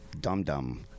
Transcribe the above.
dum-dum